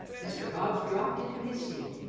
mr. hobbs dropped into his seat.